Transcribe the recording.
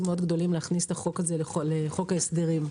מאוד גדולים להכניס את החוק הזה לחוק ההסדרים.